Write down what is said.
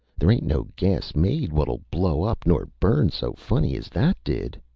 there ain't no gas made what'll blow up nor burn so funny as that did.